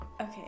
Okay